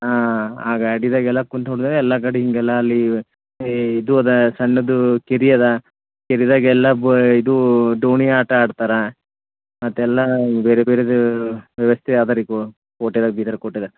ಹಾಂ ಆ ಗಾಡಿದಾಗ ಎಲ್ಲ ಕುಂತು ಹೋದಾಗ ಎಲ್ಲ ಕಡೆ ಹೀಗೆಲ್ಲ ಅಲ್ಲಿ ಈ ಇದು ಅದ ಸಣ್ಣದು ಕೆರೆಯದ ಕೆರೆದಾಗ್ ಎಲ್ಲ ಬೋ ಇದು ದೋಣಿ ಆಟ ಆಡ್ತಾರೆ ಮತ್ತೆಲ್ಲ ಬೇರೆ ಬೇರೆದು ವ್ಯವಸ್ಥೆ ಅದ ರೀ ಕೋ ಕೋಟೆದಾಗ ಬಿದರ್ಕೋಟೆದಾಗ